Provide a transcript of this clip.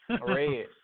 red